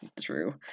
true